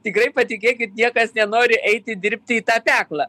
tikrai patikėkit niekas nenori eiti dirbti į tą peklą